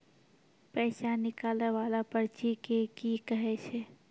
पैसा निकाले वाला पर्ची के की कहै छै?